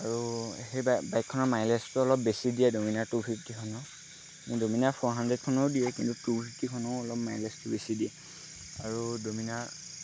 আৰু সেই বাইক বাইকখনৰ মাইলেজটো অলপ বেছি দিয়ে ডমিনাৰ টু ফিফ্টিখনৰ মোৰ ডমিনাৰ ফ'ৰ হাণ্ড্ৰেডখনেও দিয়ে কিন্তু টু ফিফটিখনেও অলপ মাইলেজটো বেছি দিয়ে আৰু ডমিনাৰ